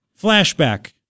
flashback